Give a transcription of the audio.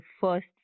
first